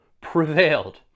prevailed